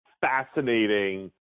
fascinating